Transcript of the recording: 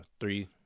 three